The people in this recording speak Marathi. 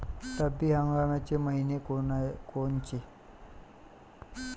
रब्बी हंगामाचे मइने कोनचे?